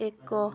ଏକ